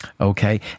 Okay